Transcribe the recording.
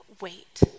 wait